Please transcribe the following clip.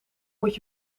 moet